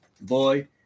Boy